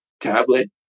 tablet